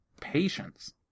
patience